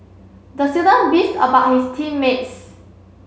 the student beefed about his team mates